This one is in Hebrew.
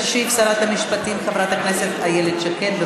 תשיב שרת המשפטים חברת הכנסת איילת שקד.